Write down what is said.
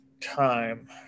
time